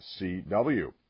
CW